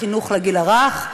החינוך לגיל הרך,